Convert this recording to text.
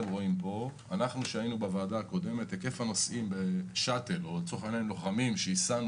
כשהיינו בוועדה הקודמת היקף הלוחמים שהסענו